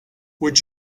would